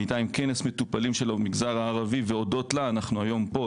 היא הייתה עם כנס מטופלים של המגזר הערבי והודות לה אנחנו היום פה,